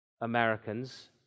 Americans